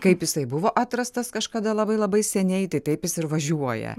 kaip jisai buvo atrastas kažkada labai labai seniai tai taip jis ir važiuoja